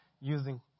using